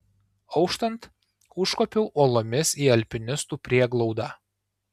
auštant užkopiau uolomis į alpinistų prieglaudą